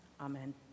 Amen